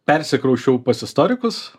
persikrausčiau pas istorikus